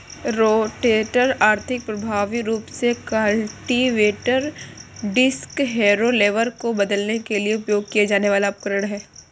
rotator आर्थिक, प्रभावी रूप से कल्टीवेटर, डिस्क हैरो, लेवलर को बदलने के लिए उपयोग किया जाने वाला उपकरण है